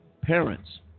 parents